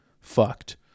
fucked